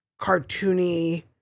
cartoony